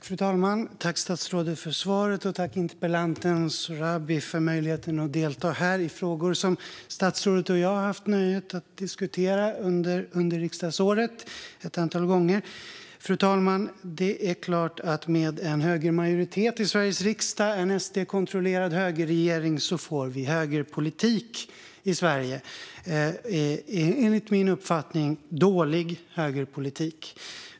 Fru talman! Tack, statsrådet, för svaret! Jag tackar interpellanten Arwin Sohrabi för möjligheten att få delta här i frågor som statsrådet och jag har haft nöjet att diskutera under riksdagsåret ett antal gånger. Fru talman! Det är klart att vi med en SD-kontrollerad högermajoritet i Sveriges riksdag får en högerpolitik i Sverige - en enligt min uppfattning dålig högerpolitik.